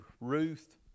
Ruth